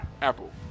Apple